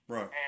Right